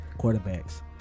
Quarterbacks